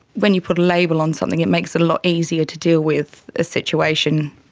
when you put a label on something it makes it a lot easier to deal with a situation,